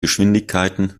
geschwindigkeiten